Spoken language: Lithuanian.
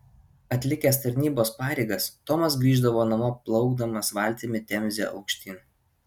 atlikęs tarnybos pareigas tomas grįždavo namo plaukdamas valtimi temze aukštyn